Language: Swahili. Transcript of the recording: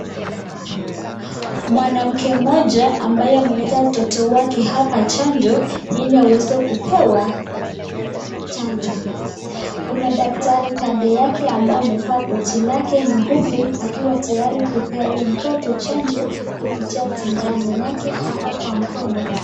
Mwanamke mmoja ambaye ameleta mtoto wake hapa chanjo ili aweze kupewa chanjo. Kuna daktari kando yake ambaye amevaa koti lake nyeupe akiwa tayari kupea huyu mtoto chanjo kupitia sindano yake hapa kwa mkono.